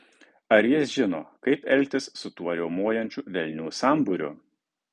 ar jis žino kaip elgtis su tuo riaumojančių velnių sambūriu